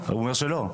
הוא אומר שלא.